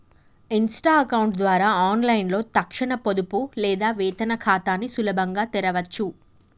Insta account ద్వారా ఆన్లైన్లో తక్షణ పొదుపు లేదా వేతన ఖాతాని సులభంగా తెరవచ్చు